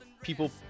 people